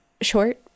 short